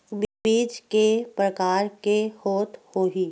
बीज के प्रकार के होत होही?